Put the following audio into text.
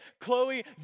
Chloe